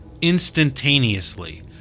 instantaneously